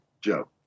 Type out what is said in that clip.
joe